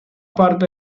parte